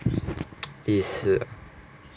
lishi lah